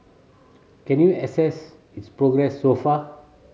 can you assess its progress so far